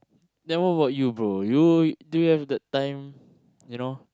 then what about you bro you do you have the time you know